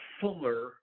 fuller